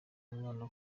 mwana